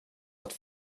att